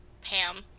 Pam